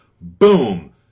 boom